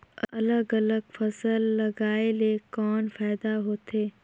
अलग अलग फसल लगाय ले कौन फायदा होथे?